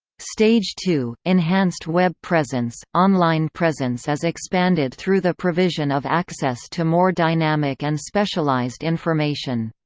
stage two enhanced web presence online presence is expanded through the provision of access to more dynamic and specialized information.